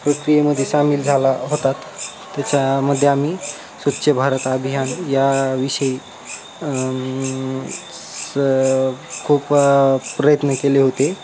प्रक्रियेमध्ये सामिल झाला होतात त्याच्यामध्ये आम्ही स्वच्छ भारत अभियान याविषयी स् खूप प्रयत्न केले होते